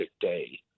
day